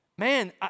man